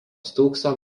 stūkso